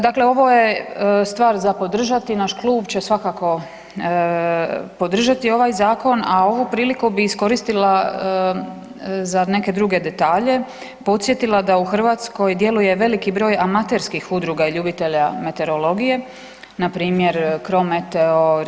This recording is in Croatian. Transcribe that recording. Dakle, ovo je stvar za podržati naš klub će svakako podržati ovaj zakon, a ovu priliku bi iskoristila za neke druge detalje, podsjetila da u Hrvatskoj djeluje veliki broj amaterski udruga i ljubitelja meteorologije, npr. Crometeo,